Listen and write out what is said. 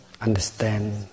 understand